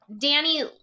Danny